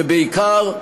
ובעיקר,